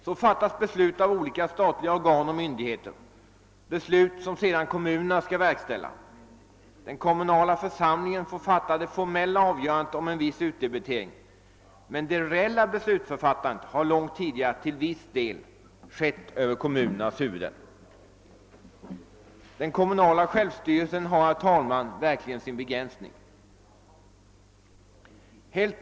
Så fattas det beslut av olika statliga organ och myndigheter, beslut som sedan kommunerna skall verkställa. Den kommunala församlingen får fatta det formella avgörandet om en viss utdebitering, men det reella beslutfattandet har delvis långt tidigare skett över kommunernas huvuden. Den kommunala självstyrelsen har, herr talman, verkligen sin begränsning.